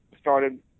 started